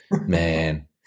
man